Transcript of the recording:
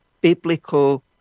biblical